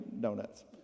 donuts